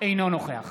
אינו נוכח